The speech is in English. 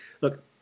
look